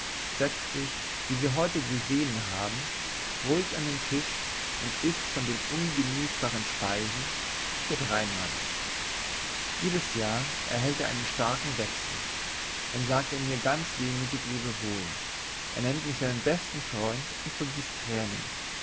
setzt sich wie sie heute gesehen haben ruhig an den tisch und ißt von den ungenießbaren speisen für drei mann jedes jahr erhält er einen starken wechsel dann sagt er mir ganz wehmütig lebewohl er nennt mich seinen besten freund und vergießt tränen